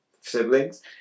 siblings